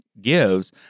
gives